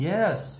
Yes